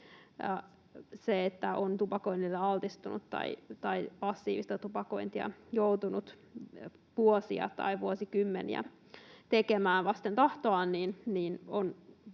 se, että on tupakoinnille altistunut tai passiivista tupakointia joutunut vuosia tai vuosikymmeniä tekemään vasten tahtoaan,